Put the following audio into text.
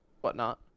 whatnot